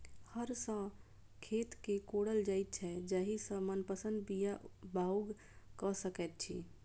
हर सॅ खेत के कोड़ल जाइत छै जाहि सॅ मनपसंद बीया बाउग क सकैत छी